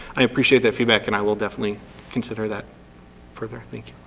i appreciate that feedback and i will definitely consider that further. thank